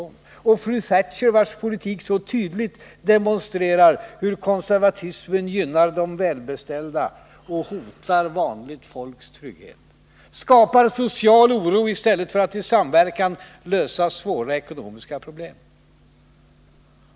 Och herr Bohman kanske ser fru Thatcher, vars politik så tydligt demonstrerar hur konservatismen gynnar de välbeställda och hotar vanligt folks trygghet, hur den skapar social oro i stället för att i samverkan lösa svåra ekonomiska problem.